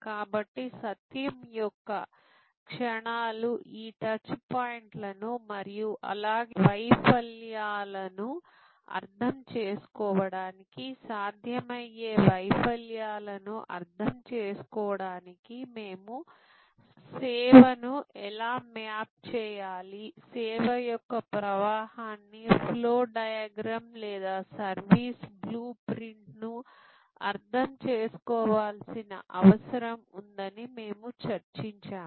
కాబట్టి సత్యం యొక్క క్షణాలు ఈ టచ్ పాయింట్లను మరియు అలాగే వైఫల్యాలను అర్థం చేసుకోవడానికి సాధ్యమయ్యే వైఫల్యాలను అర్థం చేసుకోవడానికి మేము సేవను ఎలా మ్యాప్ చేయాలి సేవ యొక్క ప్రవాహాన్ని ఫ్లో డయాగ్రమ్ లేదా సర్వీస్ బ్లూ ప్రింట్ను అర్థం చేసుకోవాల్సిన అవసరం ఉందని మేము చర్చించాము